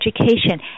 education